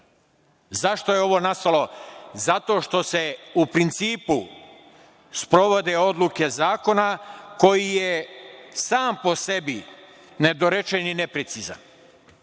Zašto je ovo nastalo? Zato što se u principu sprovode odluke zakona koji je sam po sebi nedorečen i neprecizan.